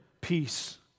peace